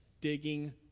digging